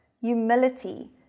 humility